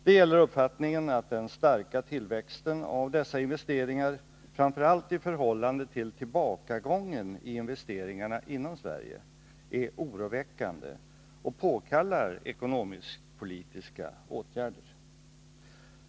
Det gäller uppfattningen att den starka tillväxten av dessa investeringar, framför allt i förhållande till tillbakagången i investeringarna inom Sverige, är oroväckande och påkallar ekonomisk-politiska åtgärder.